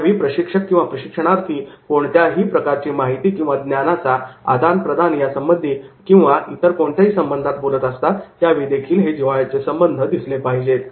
ज्यावेळी प्रशिक्षक किंवा प्रशिक्षणार्थी कोणत्याही प्रकारची माहिती किंवा ज्ञानाच्या आदानप्रदान या संबंधी किंवा आणि इतर कोणत्याही संबंधात बोलत असतात त्यावेळीदेखील हे जिव्हाळ्याचे संबंध दिसले पाहिजेत